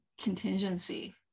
contingency